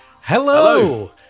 Hello